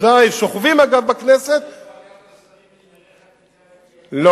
אדוני השר, האם הכנסת דחתה את החוקים או,